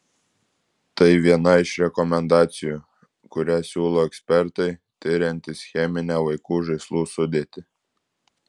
tai viena iš rekomendacijų kurią siūlo ekspertai tiriantys cheminę vaikų žaislų sudėtį